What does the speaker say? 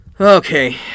Okay